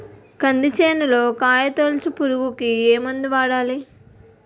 కంది చేనులో కాయతోలుచు పురుగుకి ఏ మందు వాడాలి?